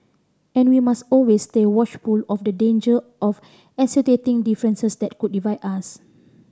and we must always stay watchful of the danger of accentuating differences that could divide us